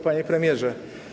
Panie Premierze!